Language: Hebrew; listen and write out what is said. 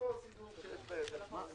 (היו"ר משה גפני)